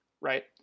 right